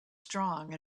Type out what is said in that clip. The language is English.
strong